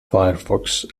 firefox